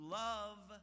love